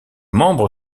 membre